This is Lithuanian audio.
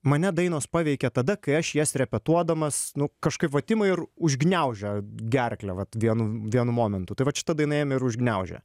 mane dainos paveikia tada kai aš jas repetuodamas nu kažkaip vat ima ir užgniaužia gerklę vat vienu vienu momentu tai vat šita daina ėmė ir užgniaužė